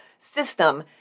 system